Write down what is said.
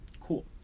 cool